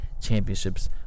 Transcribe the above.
championships